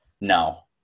No